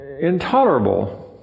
intolerable